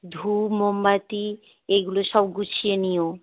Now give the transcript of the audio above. ধূপ মোমবাতি এইগুলো সব গুছিয়ে নিও